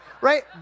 Right